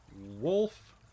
wolf